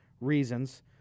reasons